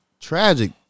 Tragic